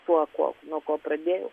tuo kuo nuo ko pradėjau